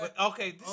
Okay